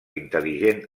intel·ligent